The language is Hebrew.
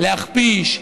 להכפיש,